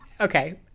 Okay